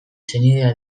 senidea